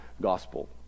gospel